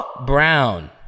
Brown